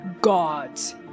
gods